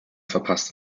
verpasste